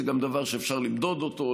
זה גם דבר שאפשר למדוד אותו,